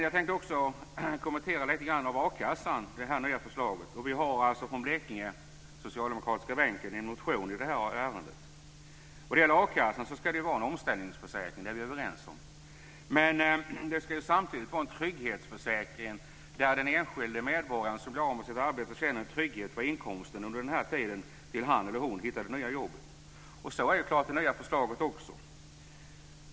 Jag tänkte också kommentera det nya förslaget om a-kassan lite grann. Vi socialdemokrater på Blekingebänken har alltså en motion i det här ärendet. Vad gäller a-kassan ska det vara en omställningsförsäkring. Det är vi överens om. Men det ska samtidigt vara en trygghetsförsäkring, där den enskilde medborgaren som blir av med sitt arbete känner en trygghet för inkomsten under den tiden tills han eller hon hittar det nya jobbet. Så är det nya förslaget också.